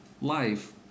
life